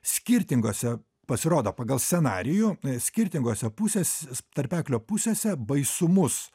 skirtingose pasirodo pagal scenarijų skirtingose pusės tarpeklio pusėse baisumus